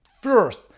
first